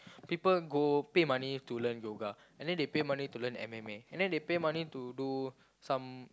people go pay money to learn yoga and then they pay money to learn M_M_A and then they pay money to do some